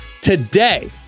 today